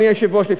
אדוני היושב-ראש,